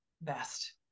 best